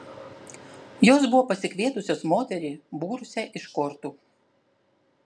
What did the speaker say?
jos buvo pasikvietusios moterį būrusią iš kortų